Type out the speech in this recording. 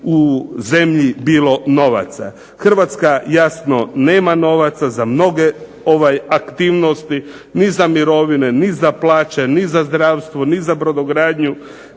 Hrvatska jasno nema novaca za mnoge aktivnosti, ni za mirovine ni za plaće ni za zdravstvo ni za brodogradnju.